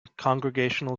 congregational